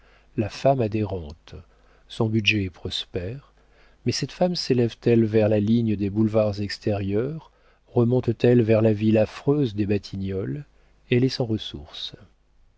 la femme a des rentes son budget est prospère mais cette femme sélève t elle vers la ligne des boulevards extérieurs remonte t elle vers la ville affreuse de batignolles elle est sans ressources